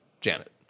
Janet